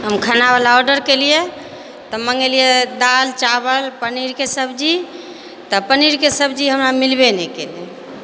हम खानावला ऑडर केलिए तऽ मँगेलिए दाल चावल पनीरके सब्जी तऽ पनीरके सब्जी हमरा मिलबे नहि केलै